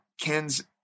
Ken's